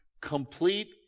complete